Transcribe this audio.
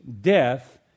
death